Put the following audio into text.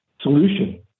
solution